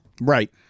Right